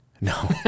No